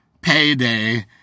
payday